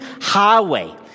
highway